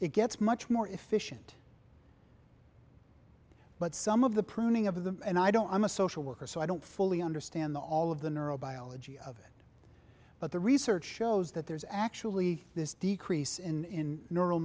it gets much more efficient but some of the pruning of them and i don't i'm a social worker so i don't fully understand the all of the neurobiology of it but the research shows that there's actually this decrease in